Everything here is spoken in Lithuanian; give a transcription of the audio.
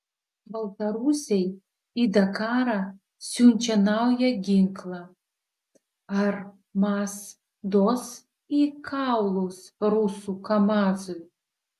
baltarusiai į dakarą siunčia naują ginklą ar maz duos į kaulus rusų kamazui